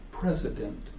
President